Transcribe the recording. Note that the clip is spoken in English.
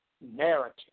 narrative